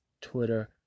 twitter